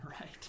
right